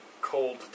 cold